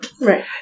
Right